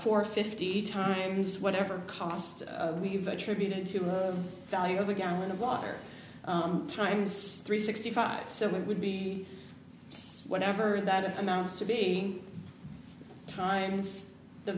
for fifty times whatever cost we've attributed to the value of a gallon of water times three sixty five seven would be whatever that amounts to be times the